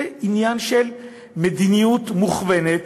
זה עניין של מדיניות מוכוונת,